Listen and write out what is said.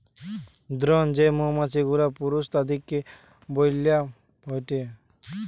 drone যেই মৌমাছি গুলা পুরুষ তাদিরকে বইলা হয়টে